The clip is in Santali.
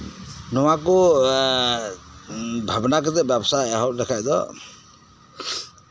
ᱱᱚᱣᱟ ᱠᱚ ᱵᱷᱟᱵᱱᱟ ᱠᱟᱛᱮ ᱵᱮᱵᱥᱟ ᱮᱦᱚᱵ ᱞᱮᱠᱷᱟᱱ ᱫᱚ